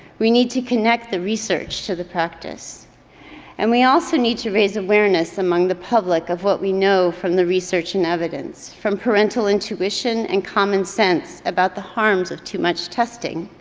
we need to connect the research to the practice and we also need to raise awareness among the public of what we know from the research and evidence, from parental intuition and common sense about the harms of too much testing,